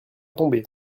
tombé